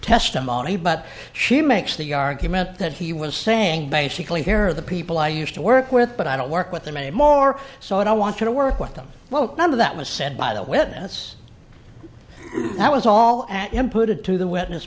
testimony but she makes the argument that he was saying basically here are the people i used to work with but i don't work with them anymore so i don't want to work with them now that was said by the witness that was all at imputed to the witness